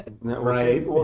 right